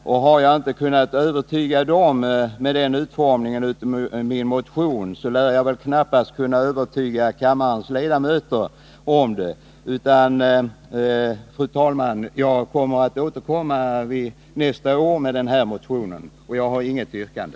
Och har jag inte, med denna utformning av min motion, kunnat övertyga utskotten, lär jag knappast kunna övertyga kammarens ledamöter om det berättigade i mitt motionskrav. Fru talman! Jag har för avsikt att nästa år återkomma med denna motion, och jag har i dag inget yrkande.